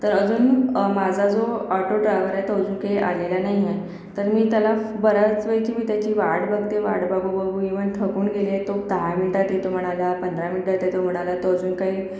तर अजून माझा जो आटो ड्रायव्हर आहे तो अजून काय आलेला नाही आहे तर मी त्याला बऱ्याच वेळची मी त्याची वाट बघतेय वाट बघू बघू इवन थकून गेली आहे तो दहा मिनिटात येतो म्हणाला पंधरा मिनिटात येतो म्हणाला तो अजून काही